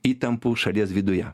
įtampų šalies viduje